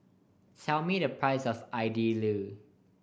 tell me the price of Idili